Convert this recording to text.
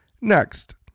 Next